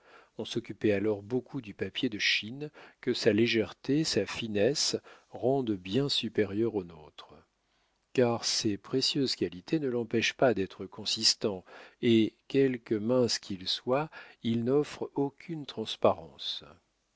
on s'occupait alors beaucoup du papier de chine que sa légèreté sa finesse rendent bien supérieur au nôtre car ces précieuses qualités ne l'empêchent pas d'être consistant et quelque mince qu'il soit il n'offre aucune transparence